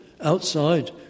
outside